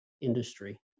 industry